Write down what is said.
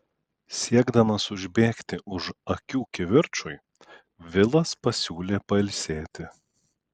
siekdamas užbėgti už akių kivirčui vilas pasiūlė pailsėti